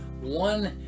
one